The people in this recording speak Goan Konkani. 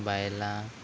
बायलां